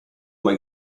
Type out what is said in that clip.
uma